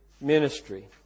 ministry